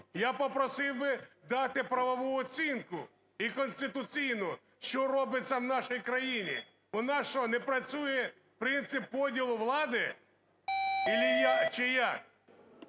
Я попросив би дати правову оцінку і конституційну, що робиться в нашій країні. У нас що, не працює принцип поділу влади, чи як?